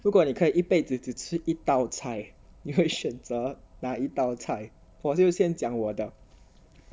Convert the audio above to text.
如果你可以一辈子只吃一道菜你会选择哪一道菜我就先讲我的